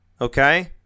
okay